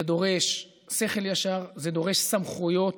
זה דורש שכל ישר, זה דורש סמכויות,